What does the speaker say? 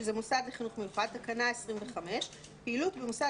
שעוסקת במוסד לחינוך מיוחד: "פעילות במוסד